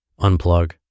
unplug